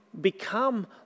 become